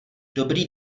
dobrý